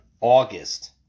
August